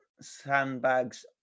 sandbags